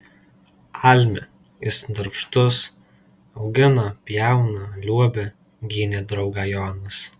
almi jis darbštus augina pjauna liuobia gynė draugą jonas